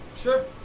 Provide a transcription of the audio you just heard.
Sure